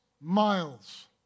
miles